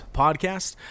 podcast